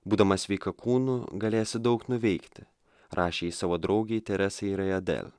būdama sveika kūnu galėsi daug nuveikti rašė jis savo draugei teresai rejadel